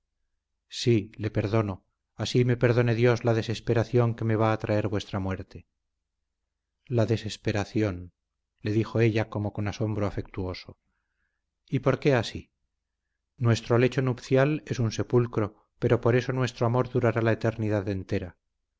sí le perdono así me perdone dios la desesperación que me va a traer vuestra muerte la desesperación le dijo ella como con asombro afectuoso y por qué así nuestro lecho nupcial es un sepulcro pero por eso nuestro amor durará la eternidad entera